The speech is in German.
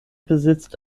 besitzt